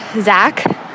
Zach